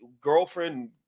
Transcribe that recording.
girlfriend